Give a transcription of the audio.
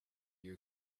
you